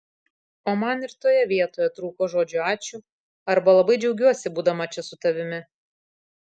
o man ir toje vietoje trūko žodžių ačiū arba labai džiaugiuosi būdama čia su tavimi